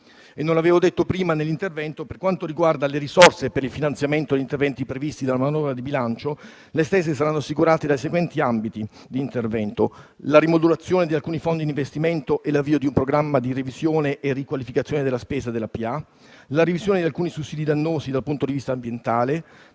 Non avevo detto prima nell'intervento che, per quanto riguarda le risorse per il finanziamento degli interventi previsti dalla manovra di bilancio, le stesse saranno assicurate dai seguenti ambiti di intervento: la rimodulazione di alcuni fondi di investimento e l'avvio di un programma di revisione e riqualificazione della spesa della pubblica amministrazione; la revisione di alcuni sussidi dannosi dal punto di vista ambientale;